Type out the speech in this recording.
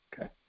Okay